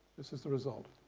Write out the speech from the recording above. this is the result.